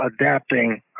adapting